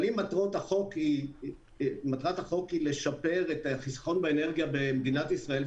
אבל אם מטרת החוק היא לשפר את החיסכון באנרגיה במדינת ישראל,